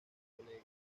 colegas